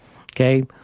okay